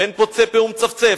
ואין פוצה פה ומצפצף,